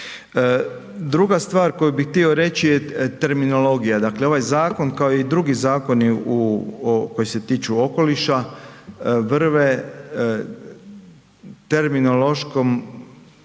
Druga stvar koju bi htio reći je terminologija, dakle ovaj zakon kao i drugi zakoni koji se tiču okoliša, vrve terminološkom